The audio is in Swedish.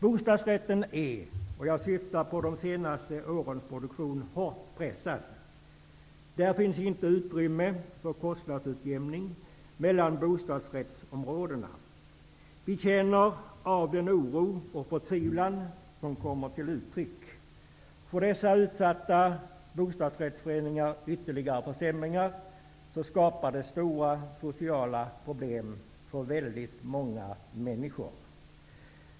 Bostadsrätten är -- jag syftar på de senaste årens produktion -- hårt pressad. Där finns inte utrymme för kostnadsutjämning mellan bostadsrättsområdena. Vi känner av den oro och förtvivlan som kommer till uttryck. Får dessa utsatta bostadsrättsföreningar ytterligare försämringar skapar det stora sociala problem för väldigt många människor.